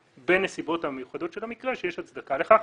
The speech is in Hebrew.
בנסיבות המיוחדות של המקרה שיש הצדקה לכך,